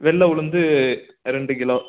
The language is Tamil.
வெள்ளை உளுந்து ரெண்டு கிலோ